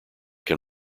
can